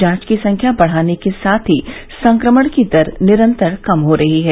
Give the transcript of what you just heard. जांच की संख्या बढ़ाने के साथ ही संक्रमण की दर निरंतर कम हो रही है